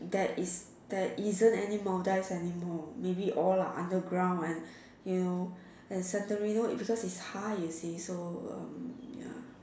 that is there isn't any Maldives anymore maybe all are underground and you know and Santarino it's cause it's high you see so hmm ya